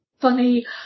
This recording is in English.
funny